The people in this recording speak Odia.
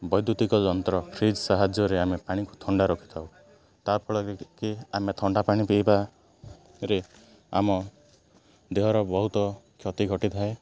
ବୈଦ୍ୟୁତିକ ଯନ୍ତ୍ର ଫ୍ରିଜ୍ ସାହାଯ୍ୟରେ ଆମେ ପାଣିକୁ ଥଣ୍ଡା ରଖିଥାଉ ତା' ଫଳରେ କି ଆମେ ଥଣ୍ଡା ପାଣି ପିଇବାରେ ଆମ ଦେହର ବହୁତ କ୍ଷତି ଘଟିଥାଏ